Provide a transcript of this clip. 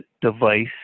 device